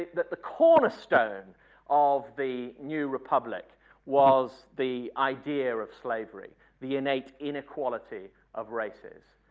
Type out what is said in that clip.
that the cornerstone of the new republic was the idea of slavery, the innate inequality of races.